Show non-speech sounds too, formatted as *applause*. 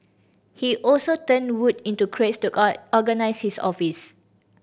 he also turned wood into crates to *unintelligible* organise his office